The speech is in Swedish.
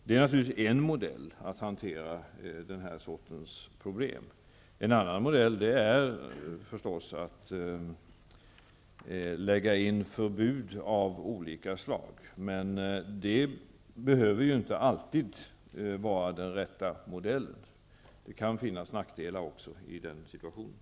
Det här är naturligtvis en modell för att hantera den sortens problem. En annan modell är förstås att införa förbud av olika slag. Men det behöver inte alltid vara den rätta modellen. Det kan också finnas nackdelar i den situationen.